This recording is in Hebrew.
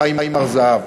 חיים הר-זהב.